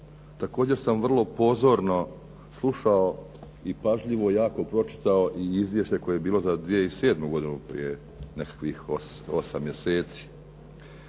Također sam vrlo pozorno slušao i pažljivo jako pročitao i izvješće koje je bilo za 2007. godinu prije nekih osam mjeseci